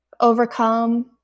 overcome